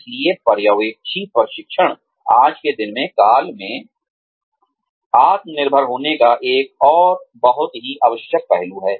इसलिए पर्यवेक्षी प्रशिक्षण आज के दिन और काल में आत्मनिर्भर होने का एक और बहुत ही आवश्यक पहलू है